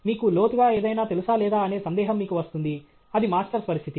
మీకు లోతుగా ఏదైనా తెలుసా లేదా అనే సందేహం మీకు వస్తుంది అది మాస్టర్స్ పరిస్థితి